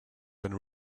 then